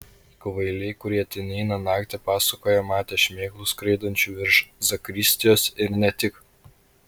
kvailiai kurie ten eina naktį pasakoja matę šmėklų skraidančių virš zakristijos ir ne tik